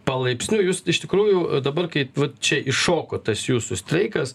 palaipsniui jūs iš tikrųjų dabar kaip vat čia iššoko tas jūsų streikas